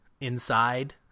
inside